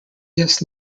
guest